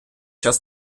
час